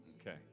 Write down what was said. Okay